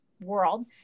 world